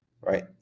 right